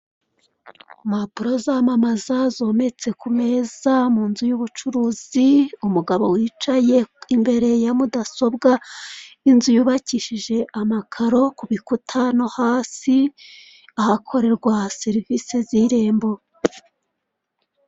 Impapuro zamamaza zometse ku meza mu nzu y'ubucuruzi, umugabo wicaye imbere ya mudasobwa, inzu yubakishije amakaro ku bikuta no hasi ahakorerwa serivisi z'irembo.